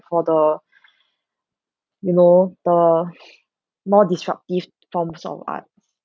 for the you know the more disruptive forms of art